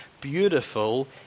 beautiful